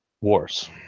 Wars